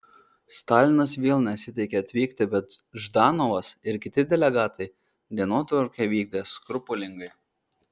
stalinas vėl nesiteikė atvykti bet ždanovas ir kiti delegatai dienotvarkę vykdė skrupulingai